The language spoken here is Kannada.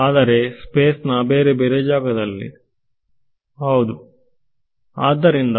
ಆದ್ದರಿಂದ